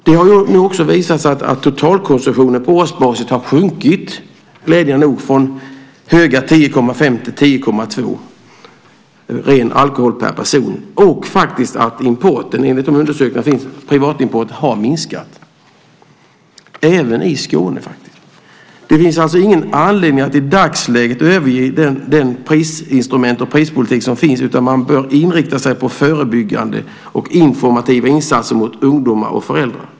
Det har nu också visat sig att totalkonsumtionen på årsbasis glädjande nog har sjunkit från höga 10,5 liter till 10,2 liter ren alkohol per person och att privatimporten, enligt gjorda undersökningar, har minskat - även i Skåne! Det finns alltså ingen anledning att i dagsläget överge det prisinstrument och den prispolitik som finns, utan man bör inrikta sig på förebyggande och informativa insatser gentemot ungdomar och föräldrar.